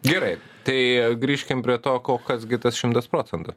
gerai tai grįžkim prie to ko kas gi tas šimtas procentų